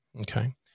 Okay